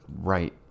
right